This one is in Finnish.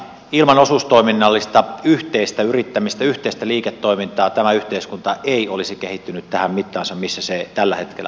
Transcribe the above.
ilman osuustoiminnallista yhteistä yrittämistä yhteistä liiketoimintaa tämä yhteiskunta ei olisi kehittynyt tähän mittaansa missä se tällä hetkellä on